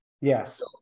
Yes